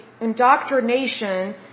indoctrination